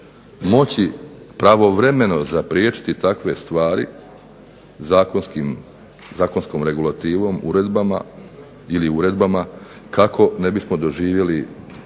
moći pravovremeno zapriječiti takve stvari zakonskom regulativom, uredbama ili uredbom kako ne bismo doživjeli